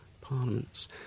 parliaments